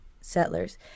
settlers